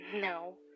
No